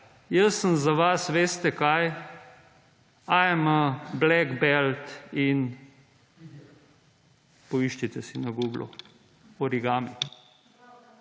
Jaz sem za vas, veste kaj? I'm a black belt in … Poiščite si na Googlu. Origami.